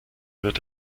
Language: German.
wird